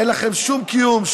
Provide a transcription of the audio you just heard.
אין לכם שום קיום,